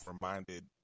reminded